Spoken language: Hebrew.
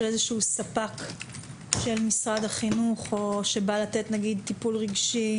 של איזשהו ספק של משרד החינוך שבא לתת טיפול רגשי,